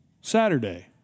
Saturday